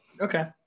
Okay